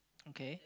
okay